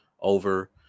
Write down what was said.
over